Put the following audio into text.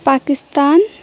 Pakistan